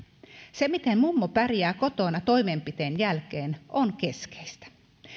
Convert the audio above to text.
se miten mummo pärjää kotona toimenpiteen jälkeen on keskeistä